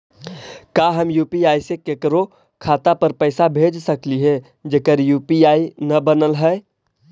का हम यु.पी.आई से केकरो खाता पर पैसा भेज सकली हे जेकर यु.पी.आई न बनल है?